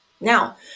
Now